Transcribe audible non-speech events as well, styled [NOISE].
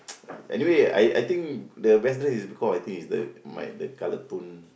[NOISE] anyway I I think the best dress is because I think is the my the color tone